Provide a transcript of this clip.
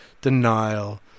denial